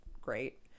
great